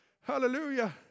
Hallelujah